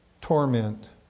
torment